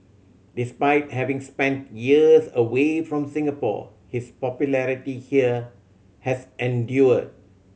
despite having spent years away from Singapore his popularity here has endured